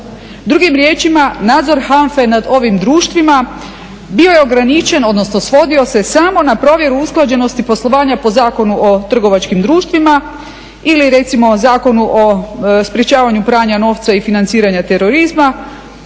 Drugim riječima nadzor HANFA-e nad ovim društvima bio je ograničen, odnosno svodio se samo na provjeru usklađenosti poslovanja po Zakonu o trgovačkim društvima ili recimo Zakonu o sprječavanju pranja novca i financiranja terorizma.